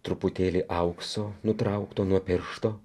truputėlį aukso nutraukto nuo piršto